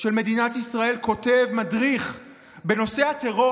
של מדינת ישראל כותב מדריך בנושא הטרור